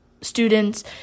students